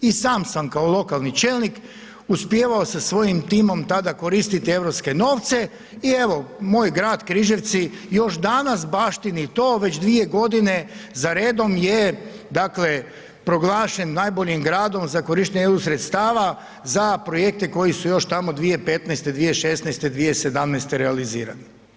I sam sam kao lokalni čelnik uspijevao sa svojim timom tada koristiti europske novce i evo, moj grad Križevci još danas baštini to, već 2 g. za redom je dakle proglašen najboljim gradom za korištenjem EU sredstava, za projekte koji su još tamo 2015., 2016., 2017. realizirani.